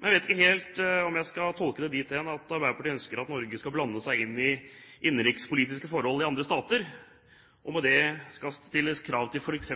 men jeg vet ikke helt om jeg skal tolke det dit hen at Arbeiderpartiet ønsker at Norge skal blande seg inn i innenrikspolitiske forhold i andre stater og med det stille krav til f.eks.